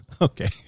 Okay